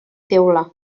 teula